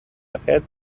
ahead